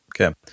Okay